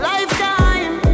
Lifetime